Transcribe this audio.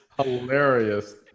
hilarious